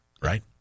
right